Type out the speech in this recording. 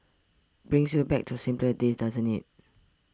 brings you back to simpler days doesn't it